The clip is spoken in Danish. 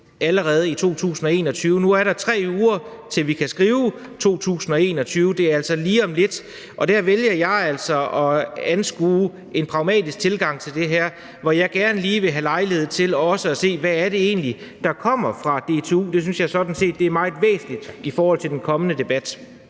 allerede i 2021. Nu er der 3 uger, til vi kan skrive 2021. Det er altså lige om lidt, og der vælger jeg en pragmatisk tilgang til det, hvor jeg gerne lige vil have lejlighed til også at se, hvad det egentlig er, der kommer fra DTU. Det synes jeg sådan set er meget væsentligt i forhold til den kommende debat.